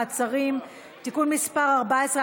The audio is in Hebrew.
מעצרים) (תיקון מס' 14),